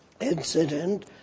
incident